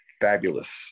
fabulous